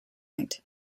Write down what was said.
night